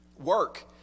Work